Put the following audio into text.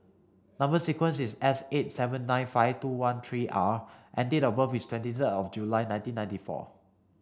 number sequence is S eight seven nine five two one three R and date of birth is twenty third July nineteen ninety four